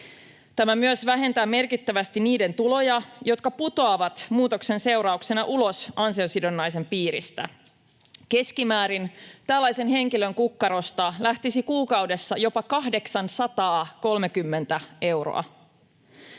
Tämä myös vähentää merkittävästi niiden tuloja, jotka putoavat muutoksen seurauksena ulos ansiosidonnaisen piiristä. Keskimäärin tällaisen henkilön kukkarosta lähtisi kuukaudessa jopa 830 euroa.